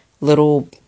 little